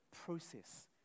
process